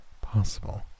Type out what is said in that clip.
possible